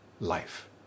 life